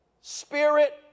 Spirit